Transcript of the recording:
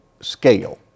scale